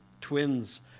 twins